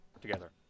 together